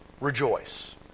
rejoice